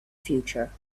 future